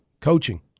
coaching